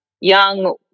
young